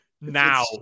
Now